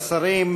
השרים,